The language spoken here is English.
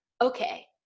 Okay